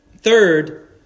Third